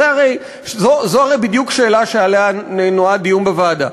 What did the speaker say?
זו הרי בדיוק שאלה שעליה נועד דיון בוועדה.